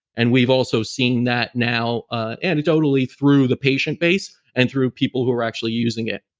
and we've also seen that now ah anecdotally through the patient base and through people who are actually using it.